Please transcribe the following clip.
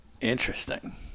Interesting